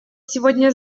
сегодня